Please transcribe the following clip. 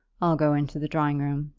i'll go into the drawing-room,